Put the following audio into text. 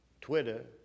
Twitter